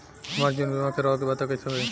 हमार जीवन बीमा करवावे के बा त कैसे होई?